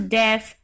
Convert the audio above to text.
death